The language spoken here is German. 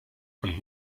und